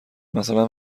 مثلا